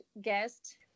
guest